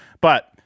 but-